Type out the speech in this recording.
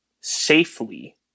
safely